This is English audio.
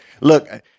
Look –